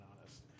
honest